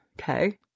Okay